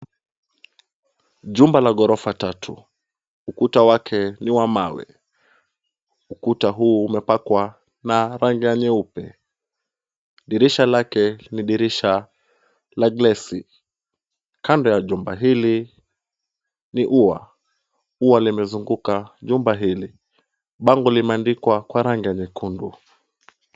Jumba la ghoofa tatu ukuta wake ni wa mawe. Ukuta huu umepakwa na rangi ya nyeupe. Dirisha lake ni dirisha la glesi. Kando ya jumba hili, ni ua. Ua limezunguka jumba hili. Bango limeandikwa kwa rangi ya nyekundu.